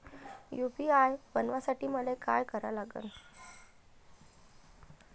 UPI बनवासाठी मले काय करा लागन?